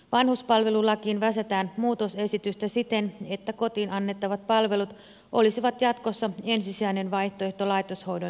vanhuspalvelulakiin väsätään muutosesitystä siten että kotiin annettavat palvelut olisivat jatkossa ensisijainen vaihtoehto laitoshoidon sijaan